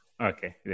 Okay